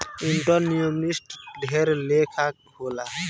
entrepreneurship ढेर लेखा के होला